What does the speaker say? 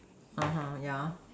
yeah